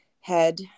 head